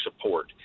support